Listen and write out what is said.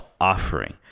offering